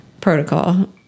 protocol